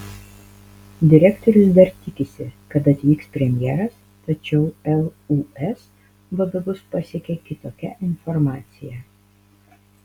direktorius dar tikisi kad atvyks premjeras tačiau lūs vadovus pasiekė kitokia informacija